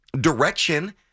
direction